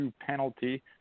penalty